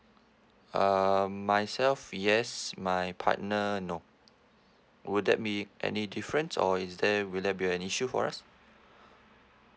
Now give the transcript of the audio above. um myself yes my partner no would that be any difference or is there will there be any issue for us